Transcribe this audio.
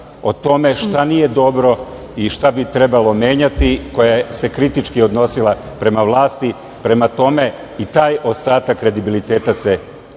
o tome šta nije dobro i šta bi trebalo menjati se kritički odnosila prema vlasti. Prema tome, i taj ostatak kredibiliteta se urušava,